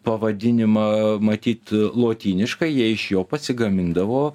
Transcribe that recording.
pavadinimą matyt lotyniškai jie iš jo pasigamindavo